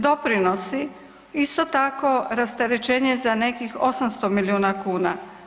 Doprinosi, isto tako, rasterećenje za nekih 800 milijuna kuna.